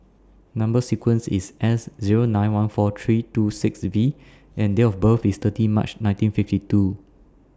Number sequence IS S Zero nine one four three two six V and Date of birth IS thirty March nineteen fifty two